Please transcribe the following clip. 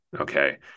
okay